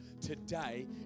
today